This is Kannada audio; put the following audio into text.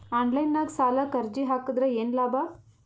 ಆನ್ಲೈನ್ ನಾಗ್ ಸಾಲಕ್ ಅರ್ಜಿ ಹಾಕದ್ರ ಏನು ಲಾಭ?